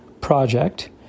project